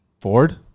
Ford